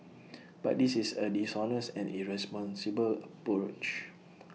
but this is A dishonest and irresponsible approach